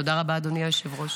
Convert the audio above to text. תודה רבה, אדוני היושב-ראש.